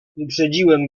wyprzedziłem